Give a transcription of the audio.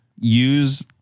use